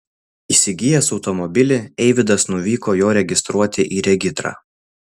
įsigijęs automobilį eivydas nuvyko jo registruoti į regitrą